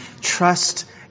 trust